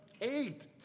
eight